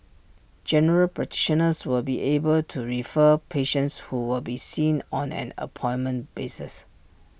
general practitioners will be able to refer patients who will be seen on an appointment basis